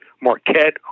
Marquette